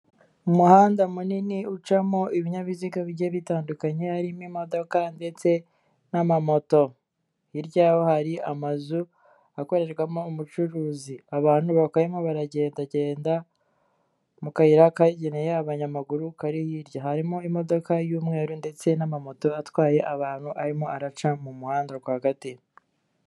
Umuhanda munini ucamo ibinyabiziga bigiye bitandukanye harimo imodoka ndetse n'amamoto. Hirya yaho hari amazu akorerwamo umucuruzi, abantu bakaba barimo baragenda genda mu kayira kageneye abanyamaguru kari hirya. Harimo imodoka y'umweru, ndetse n'amamoto atwaye abantu arimo araca mu muhanda rwagati.